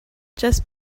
just